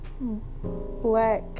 black